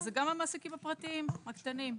אז גם המעסיקים הפרטיים, הקטנים.